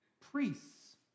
priests